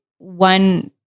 One